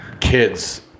kids